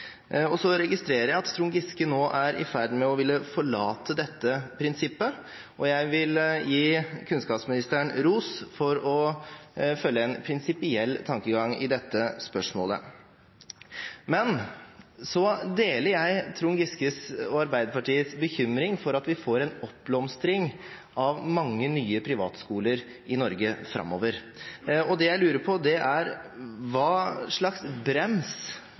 Så registrerer jeg at Trond Giske nå er i ferd med å ville forlate dette prinsippet, og jeg vil gi kunnskapsministeren ros for å følge en prinsipiell tankegang i dette spørsmålet. Men så deler jeg Trond Giskes og Arbeiderpartiets bekymring for at vi får en oppblomstring av mange nye privatskoler i Norge framover. Det jeg lurer på, er hva slags brems